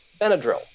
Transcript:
Benadryl